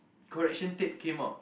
correction tape came out